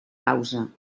causa